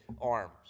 arms